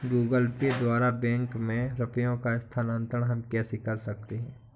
Google Pay द्वारा bank में रुपयों का स्थानांतरण हम कैसे कर सकते हैं?